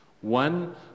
One